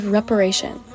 Reparation